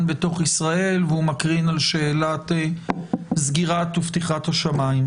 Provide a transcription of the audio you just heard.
בתוך ישראל והוא מקרין על שאלת סגירת ופתיחת השמיים.